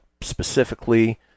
specifically